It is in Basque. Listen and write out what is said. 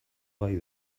gai